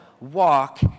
walk